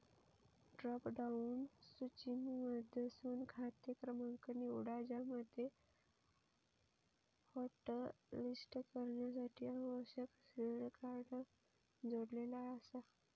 drop down सूचीमधसून खाते क्रमांक निवडा ज्यामध्ये हॉटलिस्ट करण्यासाठी आवश्यक असलेले कार्ड जोडलेला आसा